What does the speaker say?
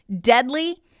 deadly